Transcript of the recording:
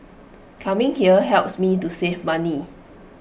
coming here helps me to save money